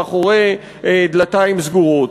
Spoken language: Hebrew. מאחורי דלתיים סגורות,